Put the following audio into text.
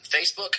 facebook